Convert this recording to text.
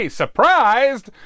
surprised